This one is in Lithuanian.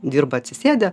dirba atsisėdę